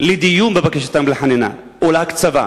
לדיון בבקשתם לחנינה או להקצבה.